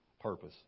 purpose